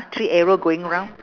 three arrow going round